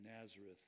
Nazareth